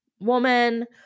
woman